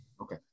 Okay